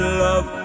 love